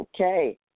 Okay